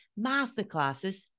Masterclasses